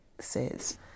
says